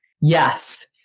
Yes